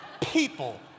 people